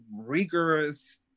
rigorous